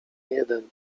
jeden